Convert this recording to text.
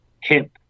hip